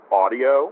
audio